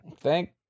Thank